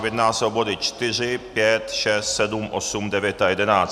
Jedná se o body 4, 5, 6, 7, 8, 9 a 11.